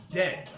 dead